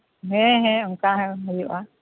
ᱦᱮᱸ ᱦᱮᱸ ᱚᱱᱠᱟ ᱦᱚᱸ ᱦᱩᱭᱩᱜᱼᱟ